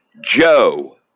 Joe